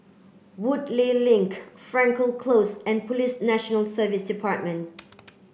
Woodleigh Link Frankel Close and Police National Service Department